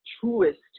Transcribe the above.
truest